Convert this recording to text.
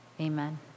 Amen